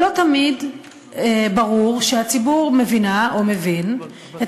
לא תמיד ברור שהציבור מבינה או מבין את